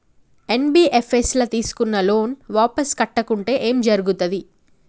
NBFS ల తీస్కున్న loan వాపస్ కట్టకుంటే ఏం జర్గుతది?